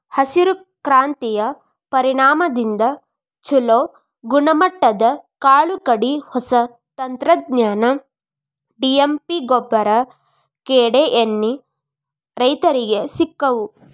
ಹಸಿರು ಕ್ರಾಂತಿಯ ಪರಿಣಾಮದಿಂದ ಚುಲೋ ಗುಣಮಟ್ಟದ ಕಾಳು ಕಡಿ, ಹೊಸ ತಂತ್ರಜ್ಞಾನ, ಡಿ.ಎ.ಪಿಗೊಬ್ಬರ, ಕೇಡೇಎಣ್ಣಿ ರೈತರಿಗೆ ಸಿಕ್ಕವು